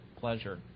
pleasure